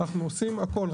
אנחנו עושים הכל,